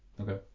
Okay